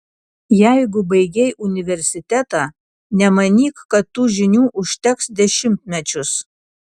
jeigu baigei universitetą nemanyk kad tų žinių užteks dešimtmečius